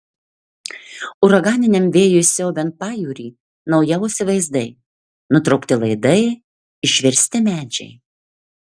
uraganiniam vėjui siaubiant pajūrį naujausi vaizdai nutraukti laidai išversti medžiai